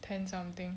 ten something